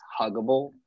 huggable